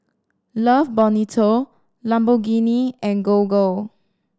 Love Bonito Lamborghini and Gogo